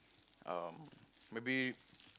um maybe